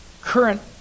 current